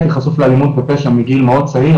הייתי חשוף לאלימות ופשע מגיל מאוד צעיר,